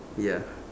ya